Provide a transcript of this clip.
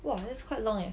!wah! that's quite long leh